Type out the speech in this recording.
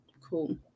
Cool